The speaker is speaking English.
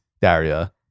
daria